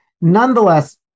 nonetheless